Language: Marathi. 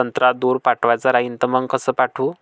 संत्रा दूर पाठवायचा राहिन तर मंग कस पाठवू?